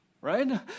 right